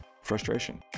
frustration